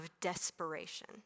desperation